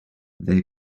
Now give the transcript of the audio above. their